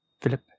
Philip